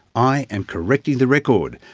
i am correcting the record!